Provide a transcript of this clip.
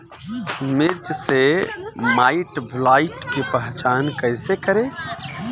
मिर्च मे माईटब्लाइट के पहचान कैसे करे?